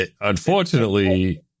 unfortunately